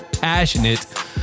passionate